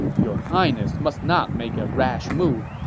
your highness must not make a rash move.